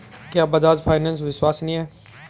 क्या बजाज फाइनेंस विश्वसनीय है?